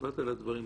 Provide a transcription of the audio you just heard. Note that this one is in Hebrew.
כשדיברת על הדברים,